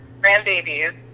grandbabies